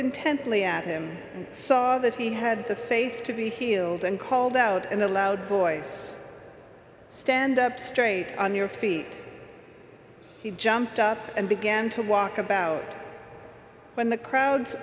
intently at him saw that he had the face to be healed and called out in a loud voice stand up straight on your feet he jumped up and began to walk about when the crowds